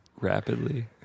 rapidly